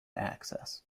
access